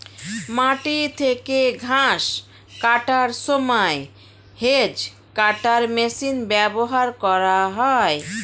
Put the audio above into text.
মাটি থেকে ঘাস কাটার সময় হেজ্ কাটার মেশিন ব্যবহার করা হয়